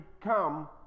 come